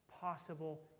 possible